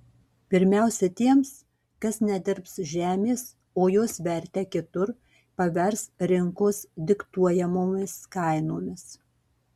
pirmiausia tiems kas nedirbs žemės o jos vertę kitur pavers rinkos diktuojamomis kainomis